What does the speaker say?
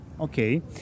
Okay